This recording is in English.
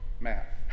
Matt